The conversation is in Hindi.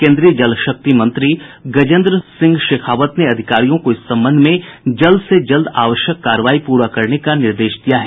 केन्द्रीय जल शक्ति मंत्री गजेन्द्र सिंह शेखावत ने अधिकारियों को इस संबंध में जल्द से जल्द आवश्यक कार्रवाई प्ररा करने का निर्देश दिया है